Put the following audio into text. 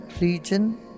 region